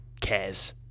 cares